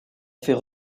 fait